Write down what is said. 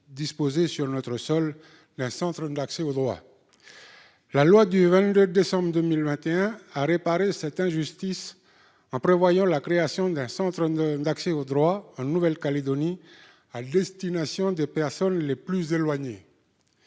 disposer sur notre sol d'un centre d'accès au droit. La loi du 22 décembre 2021 a réparé cette injustice en prévoyant la création d'un centre d'accès au droit en Nouvelle-Calédonie à destination des personnes les plus éloignées.